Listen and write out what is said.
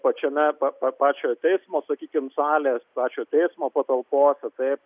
pačiame pa pačio teismo sakykime salės pačio teismo patalpose taip